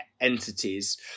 entities